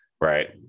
right